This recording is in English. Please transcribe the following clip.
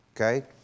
okay